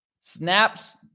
snaps